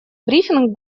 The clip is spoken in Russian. брифинг